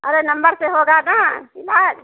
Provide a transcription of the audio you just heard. अरे नम्बर से होगा ना इलाज